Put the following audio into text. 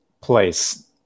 place